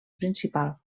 principal